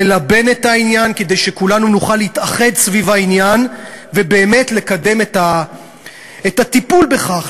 ללבן את העניין כדי שכולנו נוכל להתאחד סביבו ובאמת לקדם את הטיפול בכך,